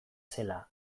zela